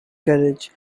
courage